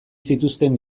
zituzten